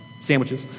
sandwiches